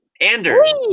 Anders